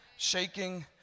Shaking